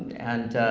and,